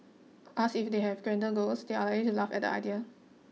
asked if they had grander goals they are likely to laugh at the idea